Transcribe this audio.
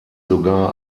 sogar